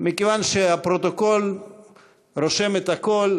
מכיוון שהפרוטוקול רושם את הכול,